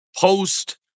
post